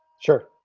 sure,